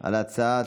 על הצעה